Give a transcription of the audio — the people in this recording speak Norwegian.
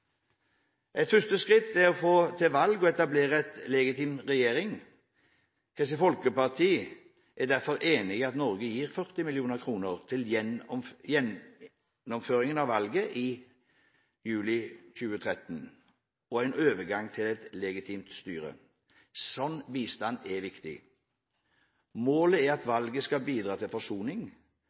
Et første skritt er å få til valg og etablere en legitim regjering. Kristelig Folkeparti er derfor enig i at Norge gir 40 mill. kr til gjennomføringen av valg i juli 2013 og en overgang til et legitimt styre. Slik bistand er viktig. Målet er at valget skal bidra til forsoning.